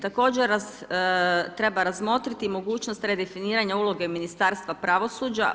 Također, treba razmotriti mogućnost redefiniranja uloge Ministarstva pravosuđa.